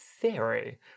theory